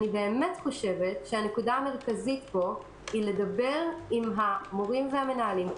הנקודה המרכזית פה היא לדבר עם המורים והמנהלים,